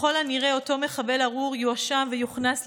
ככל הנראה, אותו מחבל ארור יואשם ויוכנס לכלא,